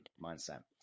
mindset